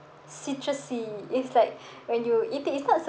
citrusy it's like when you eat it it's not